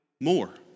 More